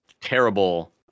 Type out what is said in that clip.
terrible